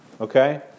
okay